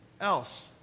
else